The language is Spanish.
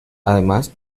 además